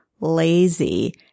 lazy